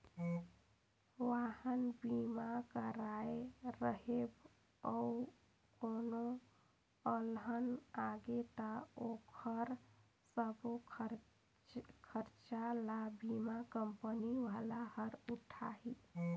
वाहन बीमा कराए रहिबे अउ कोनो अलहन आगे त ओखर सबो खरचा ल बीमा कंपनी वाला हर उठाही